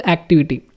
Activity